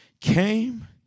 Came